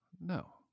no